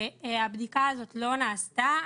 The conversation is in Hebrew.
הבדיקה הזאת לא נעשתה.